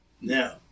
Now